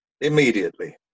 Immediately